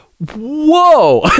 whoa